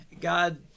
God